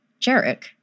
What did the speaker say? Jarek